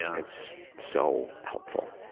it's so helpful.